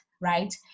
right